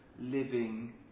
living